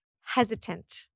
hesitant